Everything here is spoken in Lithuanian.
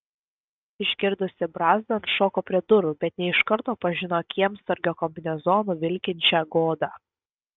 išgirdusi brazdant šoko prie durų bet ne iš karto pažino kiemsargio kombinezonu vilkinčią godą